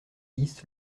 dix